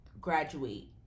graduate